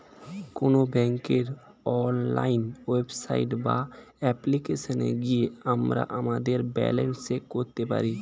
কোনো ব্যাঙ্কের online website বা অ্যাপ্লিকেশনে গিয়ে আমরা আমাদের ব্যালেন্স চেক করতে পারি